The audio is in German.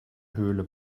höhle